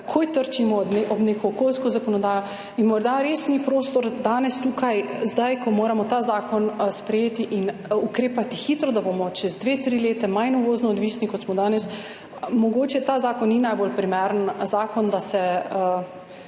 takoj trčimo ob neko okoljsko zakonodajo. Morda res ni prostor danes tukaj, zdaj, ko moramo ta zakon sprejeti in ukrepati hitro, da bomo čez dve, tri leta manj uvozno odvisni, kot smo danes. Mogoče ta zakon ni najbolj primeren zakon, da